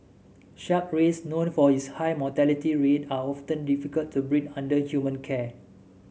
shark rays known for its high mortality rate are often difficult to breed under human care